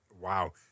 Wow